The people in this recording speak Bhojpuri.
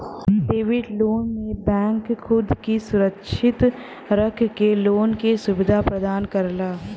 सिक्योर्ड लोन में बैंक खुद क सुरक्षित रख के लोन क सुविधा प्रदान करला